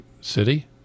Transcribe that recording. city